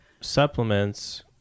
supplements